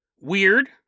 weird